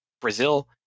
brazil